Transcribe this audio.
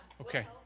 Okay